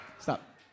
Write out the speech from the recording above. stop